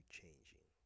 changing